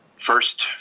first